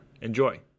Enjoy